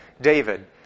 David